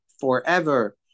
forever